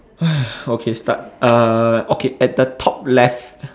!hais! okay start uh okay at the top left